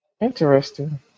Interesting